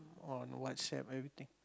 on WhatsApp everything